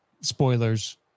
spoilers